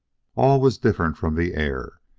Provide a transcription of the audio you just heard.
all was different from the air,